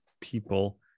people